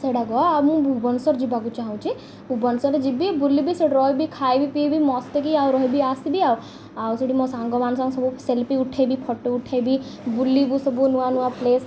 ସେଇଟାକ ଆଉ ମୁଁ ଭୁବନେଶ୍ୱର ଯିବାକୁ ଚାହୁଁଛି ଭୁବନେଶ୍ୱରରେ ଯିବି ବୁଲିବି ସେଠି ରହିବି ଖାଇବି ପିଇବି ମସ୍ତିକି ଆଉ ରହିବି ଆସିବି ଆଉ ଆଉ ସେଠି ମୋ ସାଙ୍ଗମାନ ସାଙ୍ଗ ସବୁ ସେଲ୍ଫି ଉଠାଇବି ଫଟୋ ଉଠାଇବି ବୁଲିବୁ ସବୁ ନୂଆ ନୂଆ ପ୍ଲେସ୍